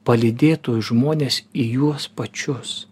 palydėtų žmones į juos pačius